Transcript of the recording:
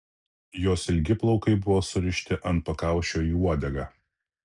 jos ilgi plaukai buvo surišti ant pakaušio į uodegą